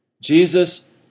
Jesus